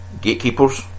gatekeepers